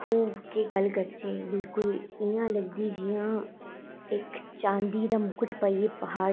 दू गल्ल करचै बिल्कुल इयां लगदी जियैां चांदी दा मुकट पाईयै प्हाड़